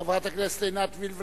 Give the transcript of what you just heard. חברת הכנסת עינת וילף,